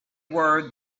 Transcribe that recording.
were